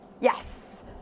Yes